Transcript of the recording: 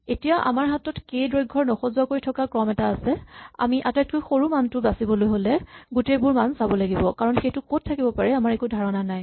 এতিয়া আমাৰ হাতত কে দৈৰ্ঘ্যৰ নসজোৱাকৈ থোৱা ক্ৰম এটা আছে আমি আটাইতকৈ সৰু মানটো বাচিবলৈ হ'লে গোটেইবোৰ মান চাব লাগিব কাৰণ সেইটো ক'ত থাকিব পাৰে আমাৰ একো ধাৰণা নাই